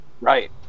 right